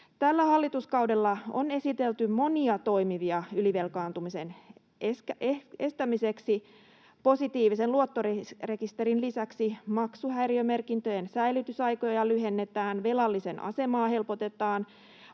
Tällä hallituskaudella on esitelty monia toimia ylivelkaantumisen estämiseksi: positiivisen luottorekisterin perustamisen lisäksi maksuhäiriömerkintöjen säilytysaikoja lyhennetään, velallisen asemaa helpotetaan,